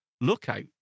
Lookout